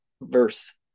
verse